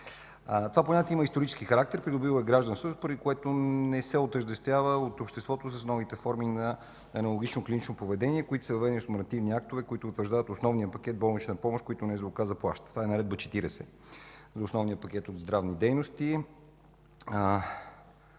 Това понятие има исторически характер. Придобива гражданственост, поради което не се отъждествява от обществото с новите форми на аналогично клинично поведение, които са въведени с нормативни актове, които утвърждават основния пакет болнична помощ, които НЗОК заплаща. Това е Наредба № 40 от основния пакет от здравни дейности,